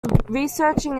researching